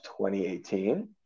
2018